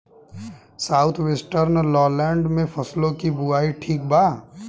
South western lowland में फसलों की बुवाई ठीक बा?